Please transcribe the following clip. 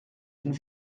une